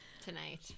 Tonight